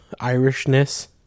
Irishness